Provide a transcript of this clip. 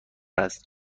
است